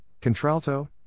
contralto